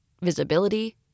visibility